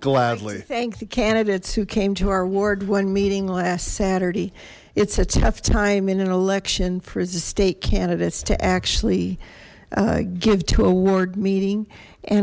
gladly thank the candidates who came to our ward one meeting last saturday it's a tough time in an election for the state candidates to actually give to a ward meeting and